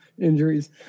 injuries